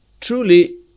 truly